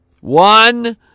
One